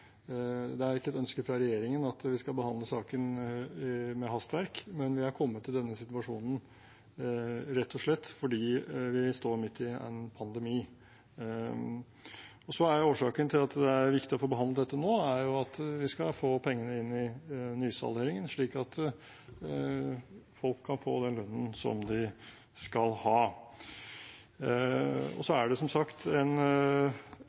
Det er ikke et ønske fra regjeringen at vi skal behandle saken med hastverk, men vi er kommet i denne situasjonen rett og slett fordi vi står midt i en pandemi. Årsaken til at det er viktig å få behandlet dette nå, er at vi skal få pengene inn i nysalderingen, slik at folk kan få den lønnen de skal ha. Så er det, som sagt, en